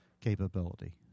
capability